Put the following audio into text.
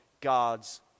God's